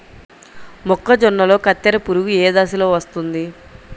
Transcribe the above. మొక్కజొన్నలో కత్తెర పురుగు ఏ దశలో వస్తుంది?